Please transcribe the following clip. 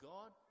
God